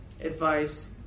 advice